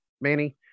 Manny